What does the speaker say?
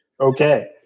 Okay